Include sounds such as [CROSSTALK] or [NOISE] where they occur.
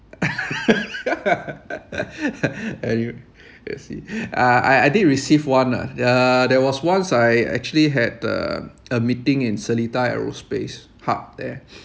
[LAUGHS] and you I see uh I I did receive one lah uh there was once I actually had the a meeting in seletar aerospace park there